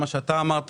כל מה שאתה אמרת,